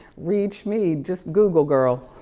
reach me, just google, girl.